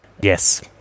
Yes